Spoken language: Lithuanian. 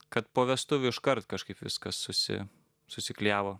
kad po vestuvių iškart kažkaip viskas susi susiklijavo